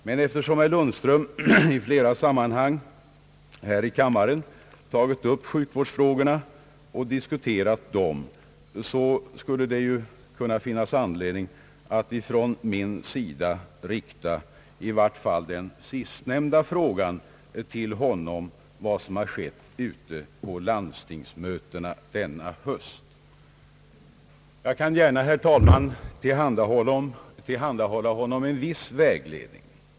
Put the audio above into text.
Men eftersom herr Lundström i flera sammanhang här i kammaren tagit upp sjukvårdsfrågorna till diskussion, skulle det finnas anledning för mig att rikta i varje fall den sistnämnda frågan till honom: Vad har skett ute på landstingsmötena denna höst? Jag kan gärna, herr talman, tillhandahålla honom en viss vägledning.